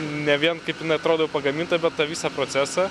ne vien kaip atrodo pagaminta bet tą visą procesą